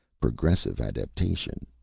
progressive adaptation,